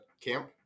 camp